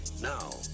Now